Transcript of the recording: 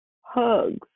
hugs